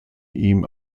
ihm